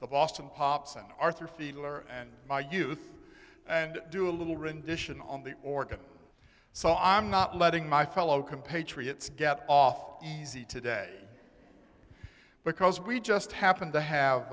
the boston pops and arthur fiedler and my youth and do a little rendition on the organ so i'm not letting my fellow compatriots get off easy today because we just happened to